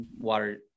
water